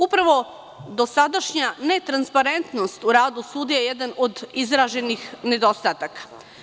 Upravo dosadašnja netransparentnost u radu sudija je jedan od izraženih nedostataka.